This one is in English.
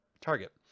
target